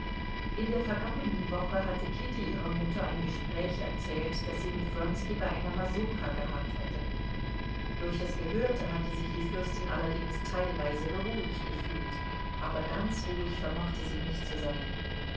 in der vergangenen woche hatte kitty ihrer mutter ein gespräch erzählt das sie mit wronski bei einer masurka gehabt hatte durch das gehörte hatte sich die fürstin allerdings teilweise beruhigt gefühlt aber ganz ruhig vermochte sie nicht zu sein